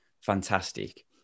fantastic